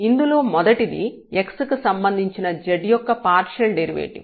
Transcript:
ఇందులో మొదటిది x కి సంబంధించిన z యొక్క పార్షియల్ డెరివేటివ్